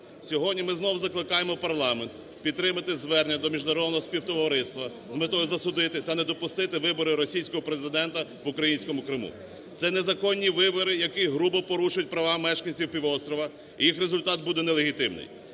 Сьогодні ми знову закликаємо парламент підтримати звернення до міжнародного співтовариства з метою засудити та не допустити вибори російського Президента в українському Криму. Це незаконні вибори, які грубо порушують права мешканців півострова, і їх результат буде нелегітимний.